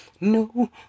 No